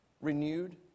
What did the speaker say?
renewed